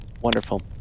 Wonderful